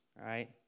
right